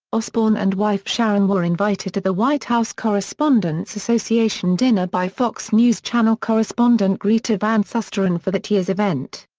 osbourne and wife sharon were invited invited to the white house correspondents' association dinner by fox news channel correspondent greta van susteren for that year's event.